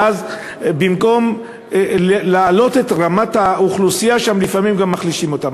ואז במקום להעלות את רמת האוכלוסייה שם לפעמים מחלישים אותה.